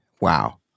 Wow